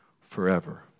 forever